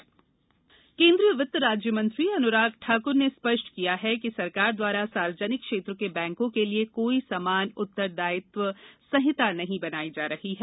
अनुराग Thakur bank केन्द्रीय वित्त राज्यमंत्री अनुराग ठाक्र ने स्पष्ट किया है कि सरकार द्वारा सार्वजनिक क्षेत्र के बैंकों के लिए कोई समान उत्तरदायित्व संहिता नहीं बनाई जा रही है